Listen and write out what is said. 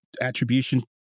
attribution